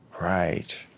Right